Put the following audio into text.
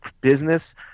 business